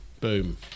Boom